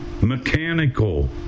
mechanical